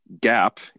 gap